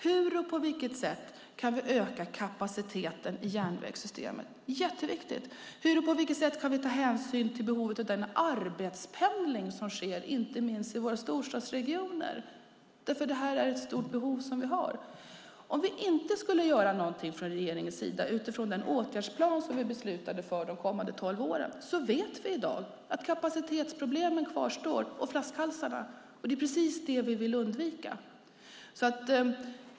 Hur och på vilket sätt kan vi öka kapaciteten i järnvägssystemet? Det är jätteviktigt. Hur och på vilket sätt kan vi ta hänsyn till behovet av den arbetspendling som sker inte minst i våra storstadsregioner? Detta är ett stort behov som vi har. Om vi inte skulle göra någonting från regeringens sida utifrån den åtgärdsplan för de kommande tolv åren som vi beslutat om vet vi i dag att kapacitetsproblemen och flaskhalsarna skulle kvarstå. Det är precis det vi vill undvika.